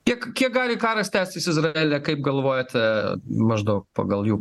kiek kiek gali karas tęsis izraelyje kaip galvojate maždaug pagal jų